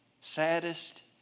Saddest